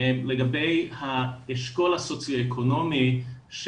לגבי האשכול הסוציו אקונומי,